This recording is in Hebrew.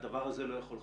הדבר הזה לא יכול לחכות.